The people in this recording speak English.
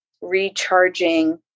recharging